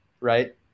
right